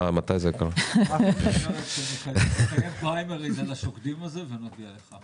מה --- נערוך פריימריז על ה-"שוקדים" הזה ונודיע לך.